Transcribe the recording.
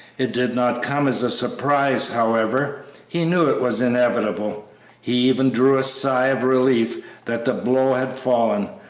it did not come as a surprise, however he knew it was inevitable he even drew a sigh of relief that the blow had fallen,